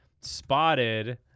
spotted